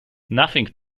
nothing